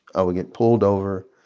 i would get pulled over,